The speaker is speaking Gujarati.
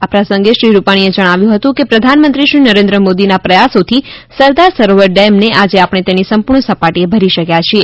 આ પ્રસંગે શ્રી રૂપાણી એ જણાવ્યું હતું કે પ્રધાન મંત્રી શ્રી નરેન્દ્ર મોદીના પ્રયાસોથી સરદાર સરોવર ડેમને આજે આપણે તેની સંપૂર્ણ સપાટીએ ભરી શક્યા છીએ